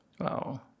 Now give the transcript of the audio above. Wow